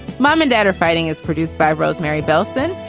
mom and dad are fighting is produced by rosemary belford.